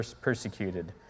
persecuted